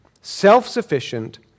self-sufficient